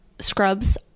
scrubs